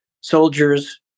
soldiers